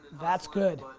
that's good.